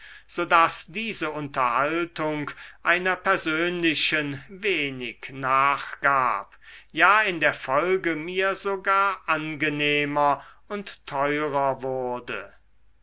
daß diese unterhaltung einer persönlichen wenig nachgab ja in der folge mir sogar angenehmer teurer wurde